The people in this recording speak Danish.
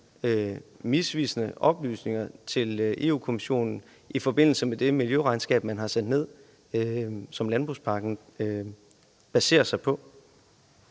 misvisende oplysninger til Europa-Kommissionen i forbindelse med det miljøregnskab, man har sendt ned, og som landbrugspakken er baseret på.